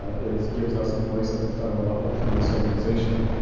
is gives us a voice at the federal level through this organization.